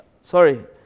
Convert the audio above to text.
Sorry